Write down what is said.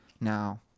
Now